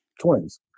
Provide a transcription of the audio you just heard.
twins